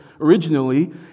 originally